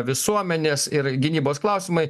visuomenės ir gynybos klausimai